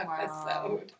episode